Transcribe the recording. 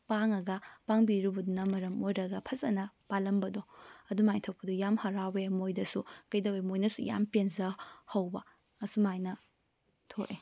ꯄꯥꯡꯂꯒ ꯄꯥꯡꯕꯤꯔꯨꯕꯗꯨꯅ ꯃꯔꯝ ꯑꯣꯏꯔꯒ ꯐꯖꯅ ꯄꯥꯜꯂꯝꯕꯗꯣ ꯑꯗꯨꯝꯍꯥꯏꯅ ꯊꯣꯛꯄꯗꯣ ꯌꯥꯝ ꯍꯔꯥꯎꯑꯦ ꯃꯣꯏꯗꯁꯨ ꯀꯔꯤꯇꯧꯏ ꯃꯣꯏꯅꯁꯨ ꯌꯥꯝ ꯄꯦꯟꯖ ꯍꯧꯕ ꯑꯁꯨꯝ ꯍꯥꯏꯅ ꯊꯣꯛꯑꯦ